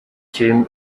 dream